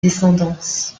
descendance